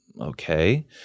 okay